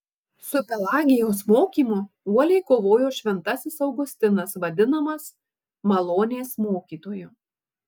su pelagijaus mokymu uoliai kovojo šventasis augustinas vadinamas malonės mokytoju